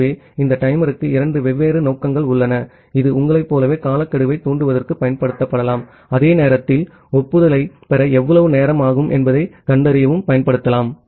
ஆகவே இந்த டைமருக்கு இரண்டு வெவ்வேறு நோக்கங்கள் உள்ளன இது உங்களைப் போலவே காலக்கெடுவைத் தூண்டுவதற்குப் பயன்படுத்தப்படலாம் அதே நேரத்தில் ஒப்புதலைப் பெற எவ்வளவு நேரம் ஆகும் என்பதைக் கண்டறியவும் பயன்படுத்தலாம்